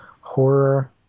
Horror